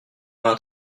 vingt